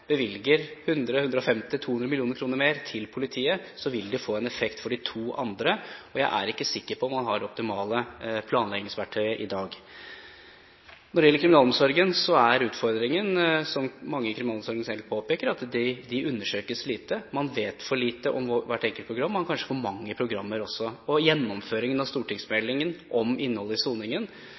bevilger 100–150–200 mill. kr mer til politiet, vil det få en effekt for de to andre, og jeg er ikke sikker på om man har det optimale planleggingsverktøyet i dag. Når det gjelder kriminalomsorgen, er utfordringen, som mange i kriminalomsorgen selv påpeker, at de undersøkes lite – man vet for lite om hvert enkelt program, og man har kanskje for mange programmer også. Til gjennomføringen av stortingsmeldingen om innholdet i soningen: